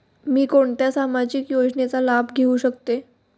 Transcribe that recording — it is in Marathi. मी कोणत्या सामाजिक योजनेचा लाभ घेऊ शकते?